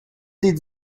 did